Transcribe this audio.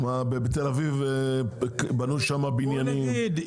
בתל אביב בנו שם בניינים.